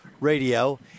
Radio